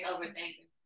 Overthinking